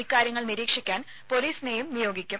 ഇക്കാര്യങ്ങൾ നിരീക്ഷിക്കാൻ പൊലീസിനെയും നിയോഗിക്കും